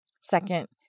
Second